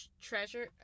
Treasure